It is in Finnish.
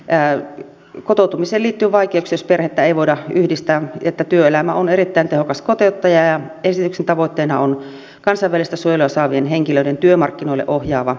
että kotoutumiseen liittyy vaikeuksia jos perhettä ei voida yhdistää että työelämä on erittäin tehokas kotouttaja ja esityksen tavoitteena on kansainvälistä suojelua saavien henkilöiden työmarkkinoille ohjaava vaikutus